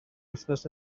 wythnos